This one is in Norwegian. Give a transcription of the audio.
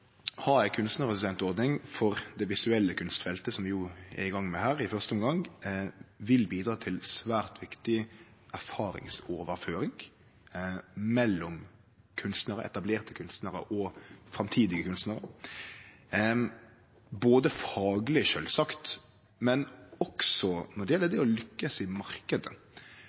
for det visuelle kunstfeltet, som vi er i gang med her i første omgang, vil bidra til svært viktig erfaringsoverføring mellom etablerte kunstnarar og framtidige kunstnarar, både fagleg sjølvsagt og også når det gjeld det å lykkast i